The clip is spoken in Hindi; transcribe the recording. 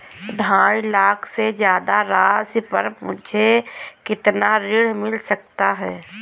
ढाई लाख से ज्यादा राशि पर मुझे कितना ऋण मिल सकता है?